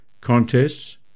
Contests